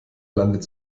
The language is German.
landet